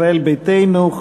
ישראל ביתנו,